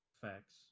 facts